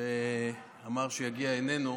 שאמר שיגיע, איננו,